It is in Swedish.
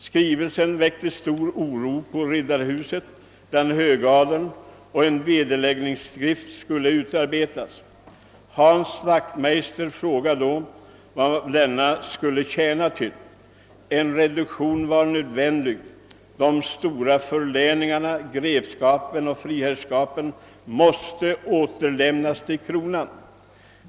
Skrivelsen väckte stor oro bland högadeln på riddarhuset och en vederläggningsskrift skulle utarbetas. Hans Wachtmeister frågade då vad denna skulle tjäna till. En reduktion var nödvändig. De stora förläningarna, grevskapen och friherrskapen måste återlämnas till kronan.